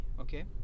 Okay